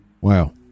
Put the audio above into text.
Wow